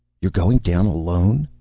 you're going down alone?